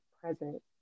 present